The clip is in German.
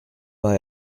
war